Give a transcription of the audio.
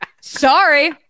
Sorry